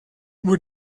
nur